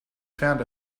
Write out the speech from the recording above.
found